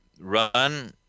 run